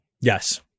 Yes